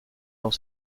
dans